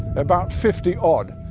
about fifty odd,